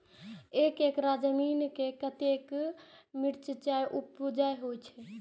एक एकड़ जमीन में कतेक मिरचाय उपज होई छै?